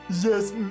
Yes